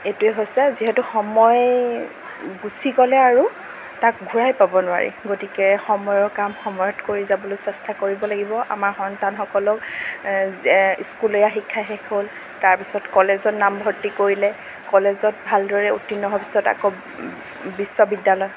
এইটোৱে হৈছে যিহেতু সময় গুচি গ'লে আৰু তাক ঘূৰাই পাব নোৱাৰি গতিকে সময়ৰ কাম সময়ত কৰি যাবলৈ চেষ্টা কৰিব লাগিব আমাৰ সন্তানসকলক যে স্কুলীয়া শিক্ষা শেষ হ'ল তাৰ পিছত কলেজত নামভৰ্তি কৰিলে কলেজত ভালদৰে উত্তীৰ্ণ হোৱাৰ পিছত আকৌ বিশ্ববিদ্য়ালয়